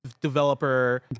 developer